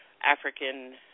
African